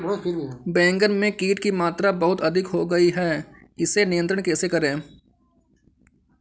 बैगन में कीट की मात्रा बहुत अधिक हो गई है इसे नियंत्रण कैसे करें?